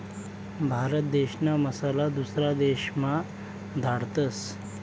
भारत देशना मसाला दुसरा देशमा धाडतस